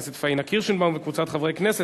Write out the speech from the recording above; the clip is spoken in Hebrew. פניה קירשנבאום וקבוצת חברי הכנסת.